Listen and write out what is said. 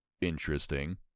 interesting